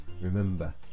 remember